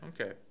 Okay